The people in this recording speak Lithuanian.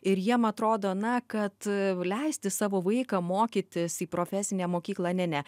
ir jiems atrodo na kad leisti savo vaiką mokytis į profesinę mokyklą ne ne